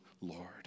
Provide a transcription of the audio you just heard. Lord